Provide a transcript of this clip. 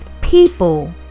people